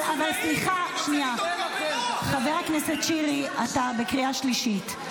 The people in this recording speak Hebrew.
אבל סליחה, חבר הכנסת שירי, אתה בקריאה שלישית.